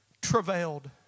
travailed